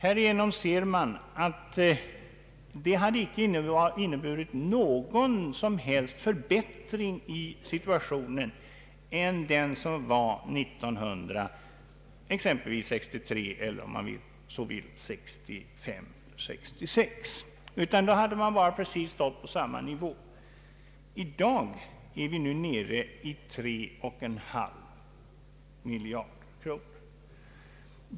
Härigenom ser man att det inte hade inneburit någon som helst förbättring i situationen i förhållande till exempelvis år 1963 eller om man så vill åren 1965 och 1966, utan vi hade stått på precis samma nivå. I dag är vi nere i 3,5 miljarder kronor.